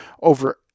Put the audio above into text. over